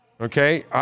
Okay